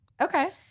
Okay